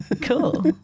cool